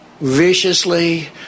viciously